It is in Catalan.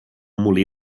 molí